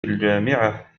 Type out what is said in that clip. الجامعة